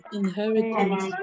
inheritance